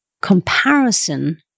Comparison